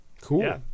cool